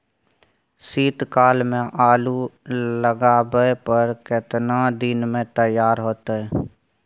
शीत काल में आलू लगाबय पर केतना दीन में तैयार होतै?